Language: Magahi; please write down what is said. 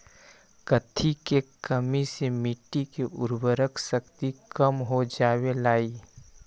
कथी के कमी से मिट्टी के उर्वरक शक्ति कम हो जावेलाई?